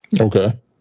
Okay